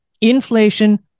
Inflation